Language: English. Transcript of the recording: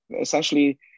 essentially